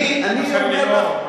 נכון.